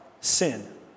sin